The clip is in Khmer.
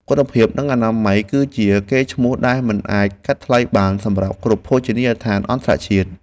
គុណភាពនិងអនាម័យ គឺជាកេរ្តិ៍ឈ្មោះដែលមិនអាចកាត់ថ្លៃបានសម្រាប់គ្រប់ភោជនីយដ្ឋានអន្តរជាតិ។